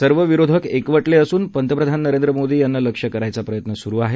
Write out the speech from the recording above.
सर्व विरोधक एकवटले असून पंतप्रधान नरेंद्र मोदी यांना लक्ष्य करण्याचा प्रयत्न सुरू आहे